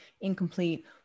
incomplete